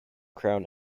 crown